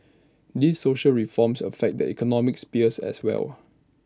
these social reforms affect the economic spheres as well